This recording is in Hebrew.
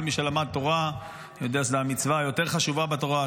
כל מי שלמד תורה יודע שזאת המצווה היותר חשובה בתורה.